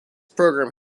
program